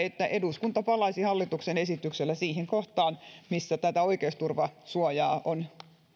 että eduskunta palaisi hallituksen esityksellä siihen kohtaan missä tätä oikeusturvasuojaa on